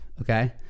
Okay